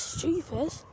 Stupid